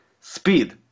speed